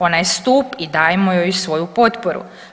Ona je stup i dajmo joj svoju potporu.